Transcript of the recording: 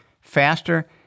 faster